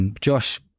Josh